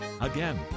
Again